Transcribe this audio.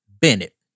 Bennett